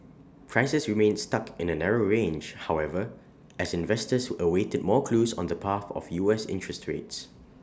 prices remained stuck in A narrow range however as investors awaited more clues on the path of U S interest rates